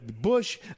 Bush